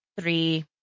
three